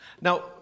Now